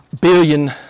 billion